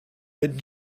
but